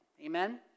Amen